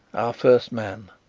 our first man,